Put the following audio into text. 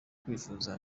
kwivuza